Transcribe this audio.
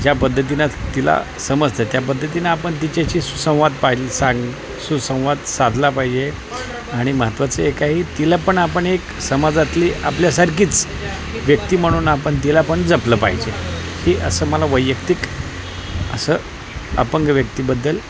ज्या पद्धतीनं तिला समजतं त्या पद्धतीने आपण तिच्याशी सुसंवाद पाहि सांग सुसंवाद साधला पाहिजे आणि महत्त्वाचं एक आहे तिला पण आपण एक समाजातली आपल्यासारखीच व्यक्ती म्हणून आपण तिला पण जपलं पाहिजे की असं मला वैयक्तिक असं अपंग व्यक्तीबद्दल